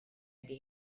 ydy